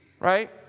right